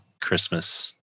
Christmas